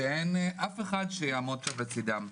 שאין אף אחד שיעמוד לצדם.